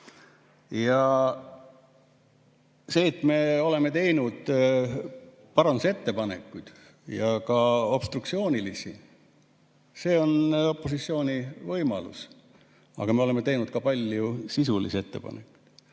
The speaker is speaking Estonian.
See, et me oleme teinud parandusettepanekuid, ka obstruktsioonilisi, on opositsiooni võimalus. Aga me oleme teinud ka palju sisulisi ettepanekuid.